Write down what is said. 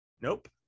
Nope